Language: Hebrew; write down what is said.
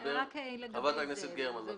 חברת הכנסת גרמן, בבקשה.